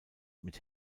mit